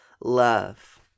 love